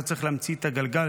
לא צריך להמציא את הגלגל,